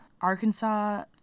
Arkansas